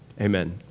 Amen